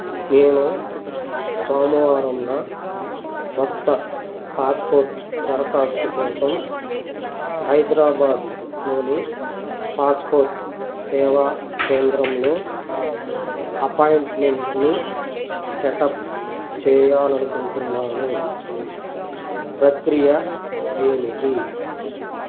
నేను సోమవారంన కొత్త పాస్పోర్ట్ దరఖాస్తు కోసం హైదరాబాద్లోని పాస్పోర్ట్ సేవా కేంద్రంలో అపాయింట్మెంట్ని సెటప్ చేయాలి అనుకుంటున్నాను ప్రక్రియ ఏమిటి